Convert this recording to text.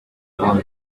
one